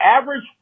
average